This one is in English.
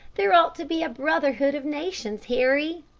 there ought to be a brotherhood of nations, harry.